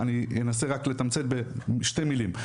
אני אנסה רק לתמצת בשתי מילים.